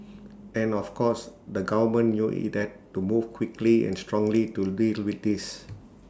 and of course the government knew IT had to move quickly and strongly to deal with this